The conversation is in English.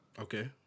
Okay